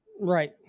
right